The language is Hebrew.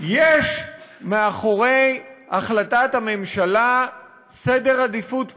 יש מאחורי החלטת הממשלה סדר עדיפויות פוליטי,